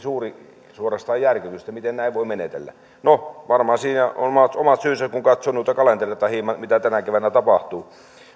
suorastaan suuri järkytys miten näin voi menetellä no varmaan siinä on omat syynsä kun katsoo noita kalentereita hieman mitä tänä keväänä tapahtuu